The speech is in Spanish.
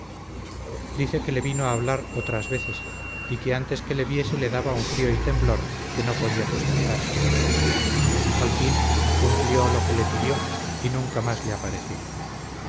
dice que le vino a hablar otras veces y que antes que le viese le daba un frío y temblor que no podía sustentarse al fin cumplió lo que le pidió y nunca más le apareció